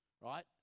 right